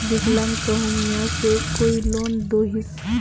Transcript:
विकलांग कहुम यहाँ से कोई लोन दोहिस?